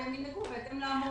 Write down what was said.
והם ינהגו בהתאם לאמור.